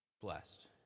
blessed